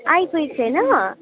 आइपुगेको छैन